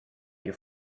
your